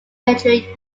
military